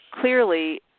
clearly